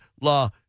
Law